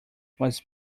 was